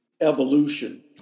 evolution